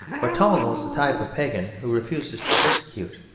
but tone was the type of pagan who refuses to persecute,